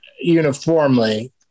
uniformly